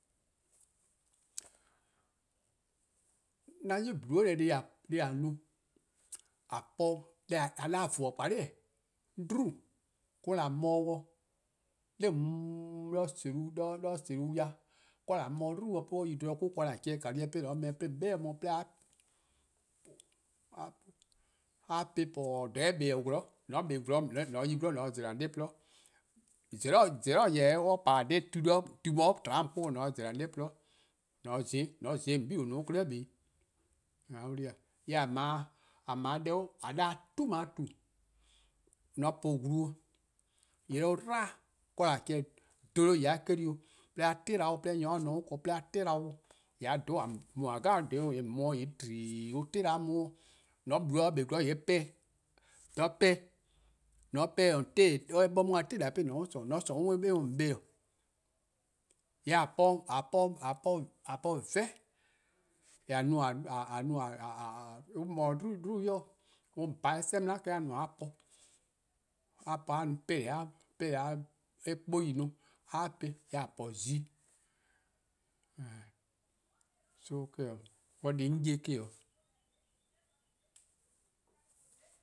'An 'yu-yu: :ti deh+ :a no-a' :a po deh :a 'da-dih-a voor-gbalih'-eh'. dubu' 'mo :an :mua-dih dih 'de :sla-tu ya 'de :wor :an :mua-dih dih 'de an yi 'bluhbor. 'do eh ken 'do :wor an chehn-dih :kali-eh ken 'de :an kpon-eh dih 'de :on 'be-a kpon dih 'de :a po-eh pooo, 'do :dha eh kpa-dih 'zorn,:mor :on 'kpa 'zorn :mor :on 'yi gwlor an zela: :on 'de :gwluhuh' :mor tu tba on, an zela: :on 'de :gwluhuh', an za-ih, :mor :on za-ih :on se 'o :on 'bei' 'klei' :zi-', :an 'worn-a wlu 'weh :e? :yee' :a 'ble, :a 'ble deh an 'da-dih-a 'tumatu: :mor :on po-uh glu :yee' 'do on 'dlu, 'do :wor :an dolo-eh deh 'de a 'telalu-dih, nyor-a ne 'o on ken 'de 'telalu-dih, :yee' :on :dhe :an 'mo-: :yee' tliiii on 'tela a 'mo-: dih, :mor :on blu 'o :on kpa 'zorn :yee' pehn-dih, :mor :on pehn dih, :mor :on 'pehn-dih chio'lo :mor eh 'bor-' dih 'tela-eh 'de jorwor: :on 'ye-' :sorn. :mor :on 'sorn eh mu :on :bla. :yee' :a po 'veh 'an mua-dih-eh dubu' dih 'de an bha sehn mla 'i eh a no-a a po-eh, a po-eh :a no 'peleh 'kpou a po-eh, :yee' :a po zi. So eh 'o. deh+ 'on ye-a me-' 'o